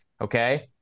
okay